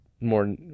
more